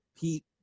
pete